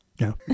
no